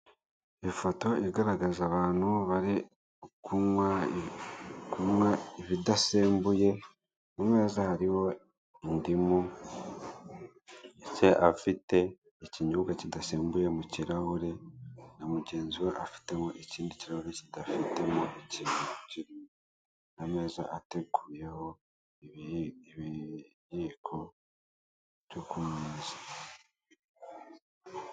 Ifoto igaragaza abantu bari kunywa ibidasembuye, kumeza hariho indimu, ndetse afite ikinyobwa kidasembuye mukirahure na mugenzi we afitemo ikindi ikirahure kidafite ikindi kintu kirimo ,ameza ateguyeho ibihiko byo kumeza